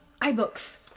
iBooks